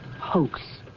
hoax